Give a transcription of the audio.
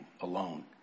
alone